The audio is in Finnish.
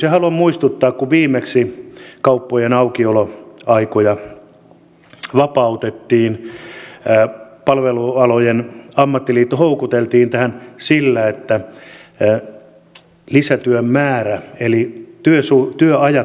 haluan muistuttaa että kun viimeksi kauppojen aukioloaikoja vapautettiin palvelualojen ammattiliitto houkuteltiin tähän sillä että lisätyön määrä lisääntyy eli työajat pitenevät